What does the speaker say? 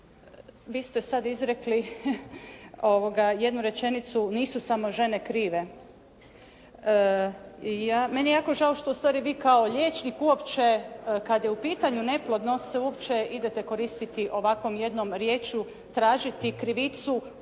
vi ste sad izrekli jednu rečenicu. Nisu samo žene krive. Meni je jako žao što u stvari vi kao liječnik uopće kad je u pitanju neplodnost se uopće idete koristiti ovakvom jednom riječju, tražiti krivicu